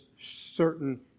certain